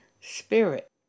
Spirit